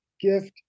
gift